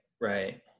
Right